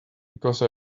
because